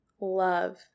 love